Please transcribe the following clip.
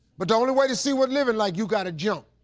but the only way to see what living's like, you gotta jump.